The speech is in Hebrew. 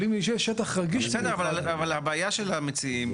אבל אם יש שטח רגיש במיוחד --- אבל הבעיה של המציעים,